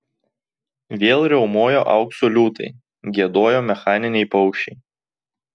vėl riaumojo aukso liūtai giedojo mechaniniai paukščiai